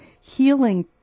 healing